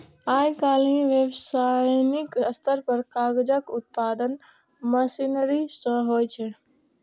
आइकाल्हि व्यावसायिक स्तर पर कागजक उत्पादन मशीनरी सं होइ छै